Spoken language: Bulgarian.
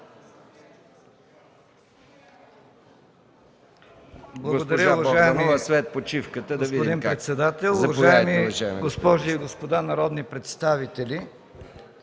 уважаеми госпожи и господа народни представители!